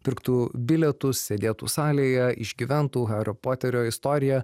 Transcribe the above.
pirktų bilietus sėdėtų salėje išgyventų hario poterio istoriją